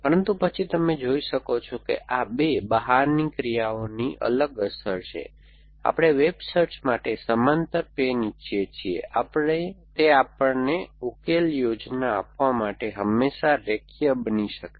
પરંતુ પછી તમે જોઈ શકો છો કે આ 2 બહારની ક્રિયાઓની અસર અલગ છે આપણે વેબ સર્ચ માટે સમાંતર પેન ઇચ્છીએ છીએ કે તે આપણને ઉકેલ યોજના આપવા માટે હંમેશા રેખીય બની શકે